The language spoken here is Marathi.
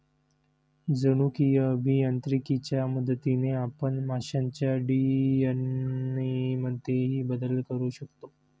जनुकीय अभियांत्रिकीच्या मदतीने आपण माशांच्या डी.एन.ए मध्येही बदल करू शकतो